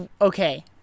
Okay